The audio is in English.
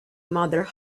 mother